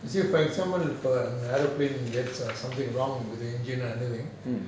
let's say for example an aeroplane gets something wrong with the engine or anything